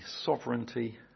sovereignty